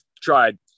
tried